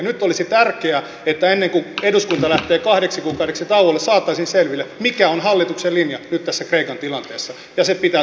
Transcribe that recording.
nyt olisi tärkeää että ennen kuin eduskunta lähtee kahdeksi kuukaudeksi tauolle saataisiin selville mikä on hallituksen linja nyt tässä kreikan tilanteessa ja se pitää saada tänne eduskuntaan